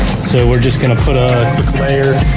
so we're just going to put a layer.